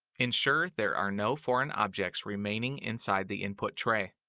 ensure there are no foreign objects remaining inside the input tray.